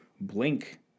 blink